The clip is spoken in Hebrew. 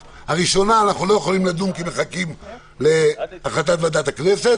הראשונה אנחנו לא יכולים לדון כי מחכים להחלטת ועדת הכנסת.